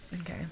okay